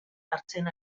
hartzen